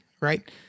right